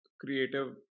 creative